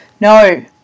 No